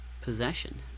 possession